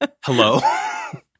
Hello